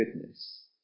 goodness